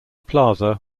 plaza